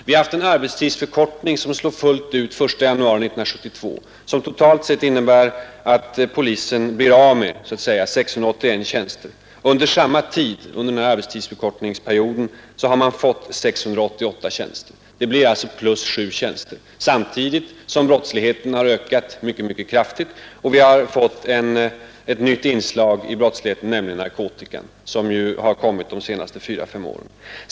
Vi har haft en arbetstidsförkortning, som slår fullt ut 1 januari 1972, som totalt sett innebär att polisen så att säga blir av med 681 tjänster. Under samma tid, dvs. arbetstidsförkortningsperioden, har man fått 688 tjänster. Det blir alltså plus 7 tjänster. Detta sker samtidigt som brottsligheten ökat mycket kraftigt och vi har fått ett nytt inslag i brottsligheten, nämligen narkotika som kommit de senaste fyra fem åren.